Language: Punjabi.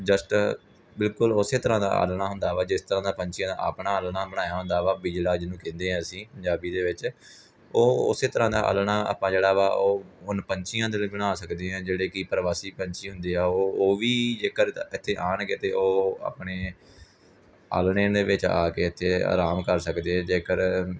ਜਸਟ ਬਿਲਕੁਲ ਉਸੇ ਤਰ੍ਹਾਂ ਦਾ ਆਲ੍ਹਣਾ ਹੁੰਦਾ ਵਾ ਜਿਸ ਤਰ੍ਹਾਂ ਦਾ ਪੰਛੀਆਂ ਨੇ ਆਪਣਾ ਆਲ੍ਹਣਾ ਬਣਾਇਆ ਹੁੰਦਾ ਵਾ ਬੀਜੜਾ ਜਿਹਨੂੰ ਕਹਿੰਦੇ ਆ ਅਸੀਂ ਪੰਜਾਬੀ ਦੇ ਵਿੱਚ ਉਹ ਉਸੇ ਤਰ੍ਹਾਂ ਦਾ ਆਲ੍ਹਣਾ ਆਪਾਂ ਜਿਹੜਾ ਵਾ ਉਹ ਹੁਣ ਪੰਛੀਆਂ ਦੇ ਲਈ ਬਣਾ ਸਕਦੇ ਐ ਜਿਹੜੇ ਕਿ ਪ੍ਰਵਾਸੀ ਪੰਛੀ ਹੁੰਦੇ ਆ ਉਹ ਉਹ ਵੀ ਜੇਕਰ ਇੱਥੇ ਆਉਣਗੇ ਅਤੇ ਉਹ ਆਪਣੇ ਆਲ੍ਹਣੇ ਦੇ ਵਿੱਚ ਆ ਕੇ ਇੱਥੇ ਆਰਾਮ ਕਰ ਸਕਦੇ ਜੇਕਰ